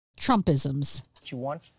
Trumpisms